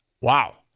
Wow